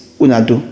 UNADU